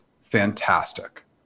fantastic